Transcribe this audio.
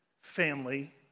family